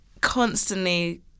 constantly